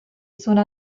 sono